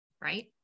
right